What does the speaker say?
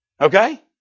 Okay